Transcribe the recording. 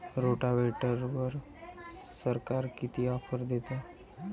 रोटावेटरवर सरकार किती ऑफर देतं?